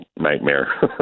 nightmare